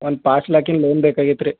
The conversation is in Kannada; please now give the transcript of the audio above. ಒಂದು ಪಾಂಚ್ ಲಾಕಿನ ಲೋನ್ ಬೇಕಾಗಿತ್ತು ರೀ